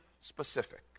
specific